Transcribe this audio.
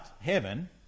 heaven